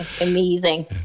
amazing